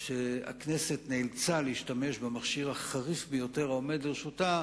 שהכנסת נאלצה להשתמש במכשיר החריף ביותר העומד לרשותה,